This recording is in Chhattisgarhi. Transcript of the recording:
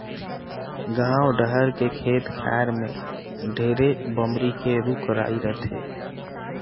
गाँव डहर के खेत खायर में ढेरे बमरी के रूख राई रथे